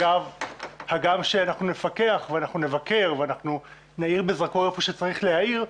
הגם שאנחנו נפקח ואנחנו נבקר ואנחנו נאיר בזרקור איפה שצריך להאיר,